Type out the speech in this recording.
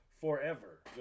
forever